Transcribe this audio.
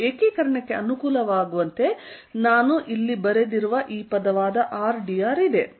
ಮತ್ತು ಏಕೀಕರಣಕ್ಕೆ ಅನುಕೂಲವಾಗುವಂತೆ ನಾನು ಇಲ್ಲಿ ಬರೆದಿರುವ ಈ ಪದವಾದ rdr ಇದೆ